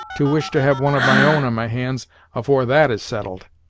to wish to have one of my own on my hands afore that is settled.